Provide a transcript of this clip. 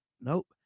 nope